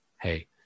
hey